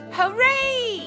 Hooray